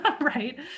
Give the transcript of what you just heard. right